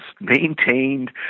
maintained